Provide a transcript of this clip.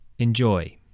enjoy